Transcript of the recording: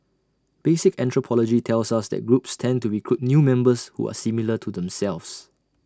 basic anthropology tells us that groups tend to recruit new members who are similar to themselves